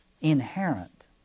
inherent